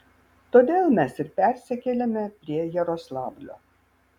todėl mes ir persikėlėme prie jaroslavlio